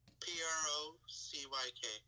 P-R-O-C-Y-K